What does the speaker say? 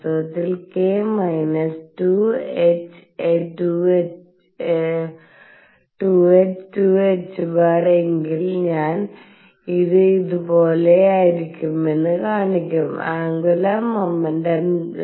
വാസ്തവത്തിൽ k minus 2 h 2 ℏ എങ്കിൽ ഞാൻ ഇത് ഇതുപോലെയായിരിക്കുമെന്ന് കാണിക്കും ആന്ഗുലർ മോമെന്റും